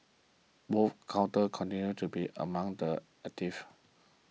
both counters continued to be among the actives